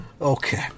Okay